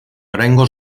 oraingoz